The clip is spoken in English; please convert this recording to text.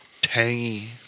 tangy